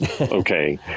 okay